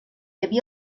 havia